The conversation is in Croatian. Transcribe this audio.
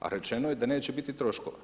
A rečeno je da neće biti troškova.